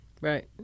Right